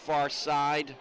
far side